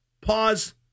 pause